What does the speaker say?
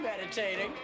meditating